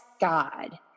God